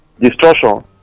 destruction